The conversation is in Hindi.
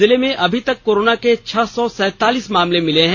जिले में अभी तक कोरोना के छह सौ सैंतालीस मामले मिले हैं